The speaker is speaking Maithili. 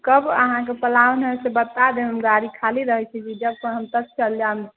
कब अहाँके प्लान हइ से बता देब हम गाड़ी खाली रहैत छै जब कहब तब चलि जायब